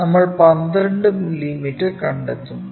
നമ്മൾ 12 മില്ലീമീറ്റർ കണ്ടെത്തുന്നു